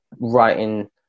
writing